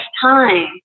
time